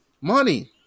Money